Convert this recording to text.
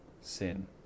sin